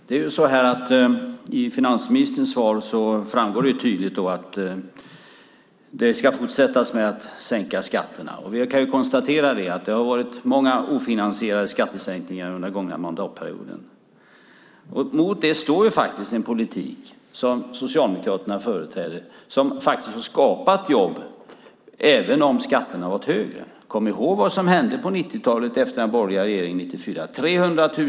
Fru talman! Av finansministerns svar framgår tydligt att man ska fortsätta med att sänka skatterna. Vi kan konstatera att det har varit många ofinansierade skattesänkningar under den gångna mandatperioden. Mot det står den politik som Socialdemokraterna företräder och som faktiskt har skapat jobb även om skatterna har varit högre. Kom ihåg vad som hände på 1990-talet efter den borgerliga regeringen hade avgått 1994!